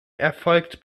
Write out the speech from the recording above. erfolgt